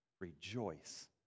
Rejoice